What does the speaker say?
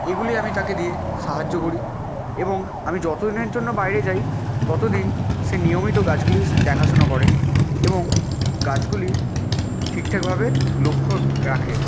এগুলি আমি তাকে দিয়ে সাহায্য করি এবং আমি যতো দিনের জন্য বাইরে যায় তত দিন সে নিয়মিত গাছগুলিস দেখা শুনো করে এবং গাছগুলির ঠিকঠাকভাবে লক্ষ্য রাখে